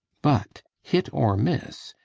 but, hit or miss,